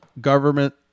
Government